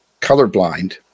colorblind